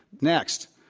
next,